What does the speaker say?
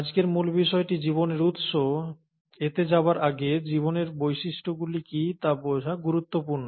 আজকের মূল বিষয় জীবনের উৎস এতে যাবার আগে জীবনের বৈশিষ্ট্যগুলি কি তা বোঝা গুরুত্বপূর্ণ